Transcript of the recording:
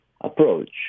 approach